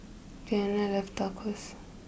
Diane love Tacos